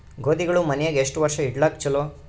ಗೋಧಿಗಳು ಮನ್ಯಾಗ ಎಷ್ಟು ವರ್ಷ ಇಡಲಾಕ ಚಲೋ?